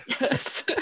yes